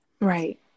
right